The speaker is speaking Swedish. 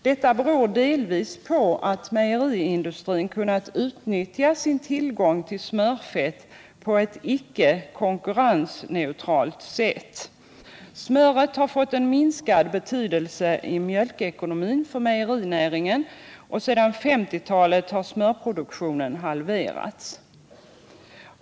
Detta beror delvis på att mejeriindustrin kunnat utnyttja sin tillgång till smörfett på ett icke konkurrensneutralt sätt. Smöret har fått en minskad betydelse i mjölkekonomin för mejerinäringen, och sedan 1950-talet har smörproduktionen halverats.